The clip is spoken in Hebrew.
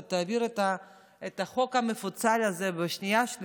אתה תעביר את החוק המפוצל הזה בשנייה-שלישית,